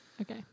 Okay